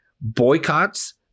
boycotts